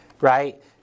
right